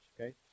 okay